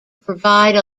provide